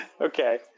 okay